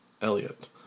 Elliot